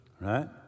right